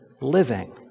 living